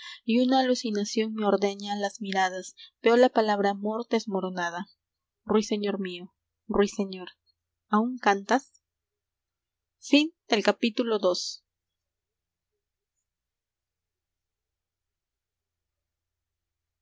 y una alucinación me ordeña las miradas veo la palabra amor desmoronada ruiseñor mío ruiseñor aún cantas